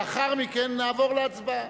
לאחר מכן נעבור להצבעה.